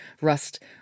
rust